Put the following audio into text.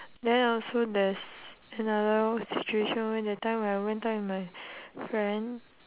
then I also there's another situation when that time I went out with my friend